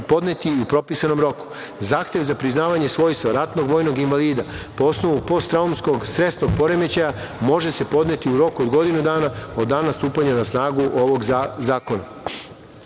podneti i u propisanom roku. Zahtev za priznavanje svojstva ratnog vojnog invalida po osnovu posttraumskog stresnog poremećaja može se podneti u roku od godinu dana od dana stupanja na snagu ovog